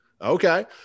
Okay